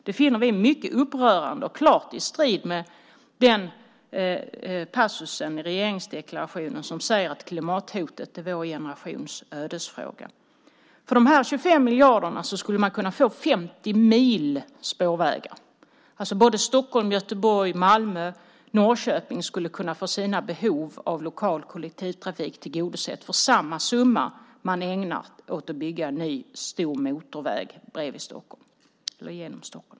Det finner vi mycket upprörande och klart i strid med den passus i regeringsdeklarationen som säger att klimathotet är vår generations ödesfråga. För de 25 miljarderna skulle man kunna få 50 mil spårväg. Både Stockholm, Göteborg, Malmö och Norrköping skulle kunna få sina behov av lokal kollektivtrafik tillgodosett för den summa som man använder till att bygga en stor motorväg förbi Stockholm.